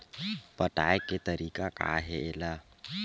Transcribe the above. पटाय के तरीका का हे एला?